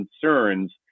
concerns